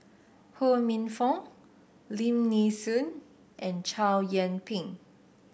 Ho Minfong Lim Nee Soon and Chow Yian Ping